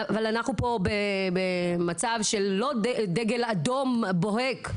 אבל אנחנו פה במצב שזה לא דגל אדום בוהק,